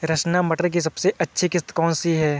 रचना मटर की सबसे अच्छी किश्त कौन सी है?